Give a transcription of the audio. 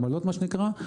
העמלות מה שנקרא.